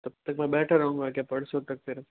तब तक मैं बैठ रहूँगा क्या परसों तक फिर